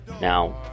Now